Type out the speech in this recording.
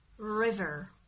River